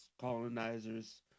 colonizers